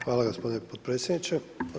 Hvala gospodine potpredsjedniče.